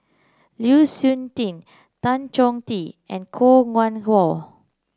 Lu Suitin Tan Choh Tee and Koh Nguang How